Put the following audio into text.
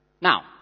Now